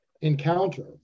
encounter